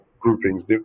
groupings